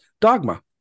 Dogma